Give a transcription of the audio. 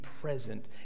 present